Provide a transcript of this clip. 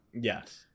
Yes